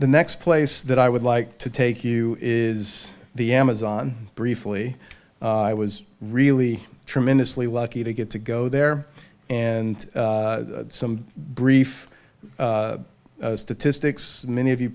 the next place that i would like to take you is the amazon briefly i was really tremendously lucky to get to go there and some brief statistics many of you